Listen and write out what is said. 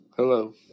hello